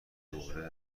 دوره